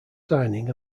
signing